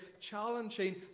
Challenging